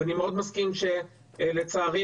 לצערי,